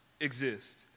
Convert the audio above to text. exist